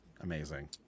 Amazing